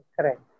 Correct